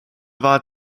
war